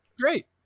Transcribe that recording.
Great